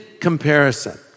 comparison